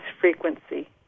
frequency